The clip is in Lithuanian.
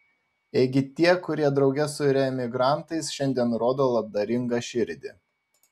ėgi tie kurie drauge su reemigrantais šiandien rodo labdaringą širdį